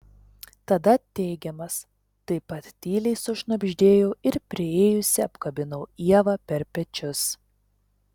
tada teigiamas taip pat tyliai sušnabždėjau ir priėjusi apkabinau ievą per pečius